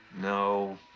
No